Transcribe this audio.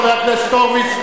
חבר הכנסת הורוביץ,